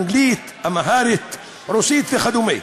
אנגלית, אמהרית, רוסית וכדומה.